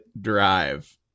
drive